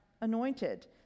anointed